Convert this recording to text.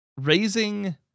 raising